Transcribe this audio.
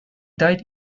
died